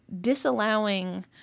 disallowing